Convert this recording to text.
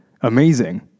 amazing